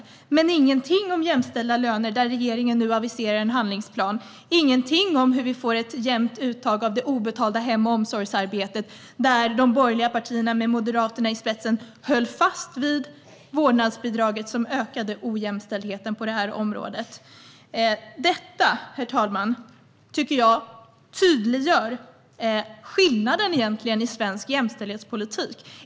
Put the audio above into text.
Men man sa ingenting om jämställda löner, där regeringen nu aviserar en handlingsplan, och ingenting om hur vi får ett jämnt uttag av det obetalda hem och omsorgsarbetet, där de borgerliga partierna med Moderaterna i spetsen höll fast vid vårdnadsbidraget, vilket ökar ojämställdheten på området. Herr talman! Detta tydliggör skillnaden i svensk jämställdhetspolitik.